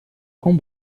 com